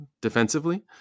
defensively